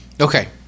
Okay